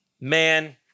Man